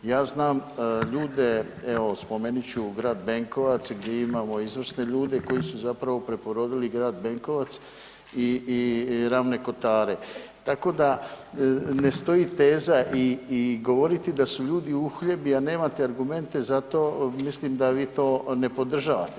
Ja znam ljude, evo spomenut ću grad Benkovac gdje imamo izvrsne ljude koji su preporodili Grad Benkovac i Ravne Kotare, tako da ne stoji teza i govoriti da su ljudi uhljebi, a nemate argumente za to mislim da vi to ne podržavate.